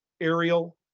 aerial